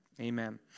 amen